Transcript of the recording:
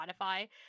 Spotify